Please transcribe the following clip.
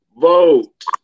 vote